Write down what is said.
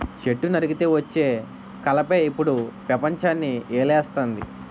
చెట్టు నరికితే వచ్చే కలపే ఇప్పుడు పెపంచాన్ని ఏలేస్తంది